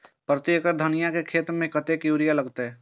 प्रति एकड़ धनिया के खेत में कतेक यूरिया लगते?